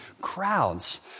crowds